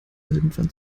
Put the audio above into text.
irgendwann